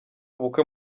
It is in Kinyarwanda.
ubukwe